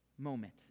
moment